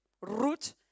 root